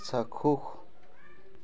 চাক্ষুষ